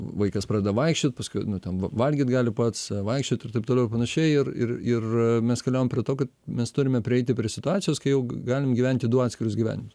vaikas pradeda vaikščiot paskui nu ten valgyt gali pats vaikščiot ir taip toliau ir panašiai ir ir ir mes keliaujam prie to mes turime prieiti prie situacijos kai jau galim gyventi du atskirus gyvenimus